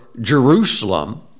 Jerusalem